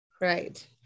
Right